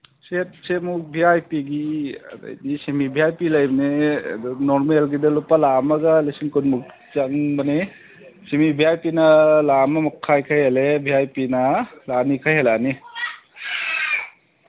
set ꯁꯦꯠꯃꯨꯛ V I ꯄꯤꯒꯤ ꯑꯗꯩꯗꯤ ꯁꯤꯃꯤ ꯚꯤ ꯑꯥꯏ ꯄꯤ ꯂꯩꯕꯅꯦ ꯑꯗꯨ ꯅꯣꯔꯃꯦꯜꯒꯤꯗ ꯂꯨꯄꯥ ꯂꯥꯈ ꯑꯃꯒ ꯂꯤꯁꯤꯡ ꯀꯨꯟꯃꯨꯛ ꯆꯪꯕꯅꯦ ꯁꯤꯃꯤ ꯚꯤ ꯑꯥꯏ ꯄꯤꯅ ꯂꯥꯈ ꯑꯃ ꯃꯈꯥꯏ ꯈꯔ ꯍꯦꯜꯂꯦ ꯚꯤ ꯑꯥꯏ ꯄꯤꯅ ꯂꯥꯈ ꯑꯅꯤ ꯈꯔ ꯍꯦꯜꯂꯛꯑꯅꯤ